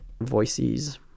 voices